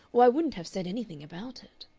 or i wouldn't have said anything about it.